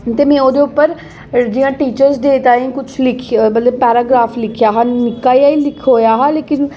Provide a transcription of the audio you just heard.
ते में ओह्दे उप्पर जि'यां टीचरस डेऽ ताईं कुछ लिखेआ मतलब पैराग्राफ लिखेआ निक्का जनेहा गै लिखोआ हा